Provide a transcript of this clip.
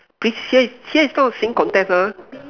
please here is here is not a singing contest ah